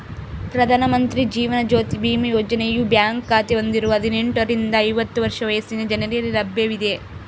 ಪ್ರಧಾನ ಮಂತ್ರಿ ಜೀವನ ಜ್ಯೋತಿ ಬಿಮಾ ಯೋಜನೆಯು ಬ್ಯಾಂಕ್ ಖಾತೆ ಹೊಂದಿರುವ ಹದಿನೆಂಟುರಿಂದ ಐವತ್ತು ವರ್ಷ ವಯಸ್ಸಿನ ಜನರಿಗೆ ಲಭ್ಯವಿದೆ